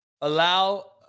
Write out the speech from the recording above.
allow